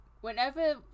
Whenever